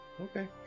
Okay